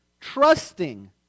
trusting